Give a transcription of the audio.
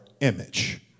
image